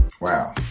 Wow